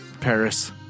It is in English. Paris